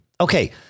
okay